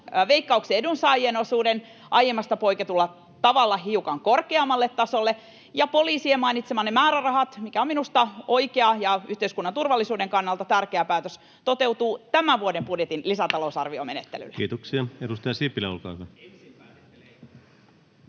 Veikkauksen edunsaajien osuuden aiemmasta poiketulla tavalla hiukan korkeammalle tasolle. Ja mainitsemanne poliisien määrärahat — mikä on minusta oikea ja yhteiskunnan turvallisuuden kannalta tärkeä päätös — toteutuvat tämän vuoden budjetin lisätalousarviomenettelyllä. Kiitoksia. — Edustaja Sipilä, olkaa hyvä.